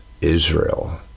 Israel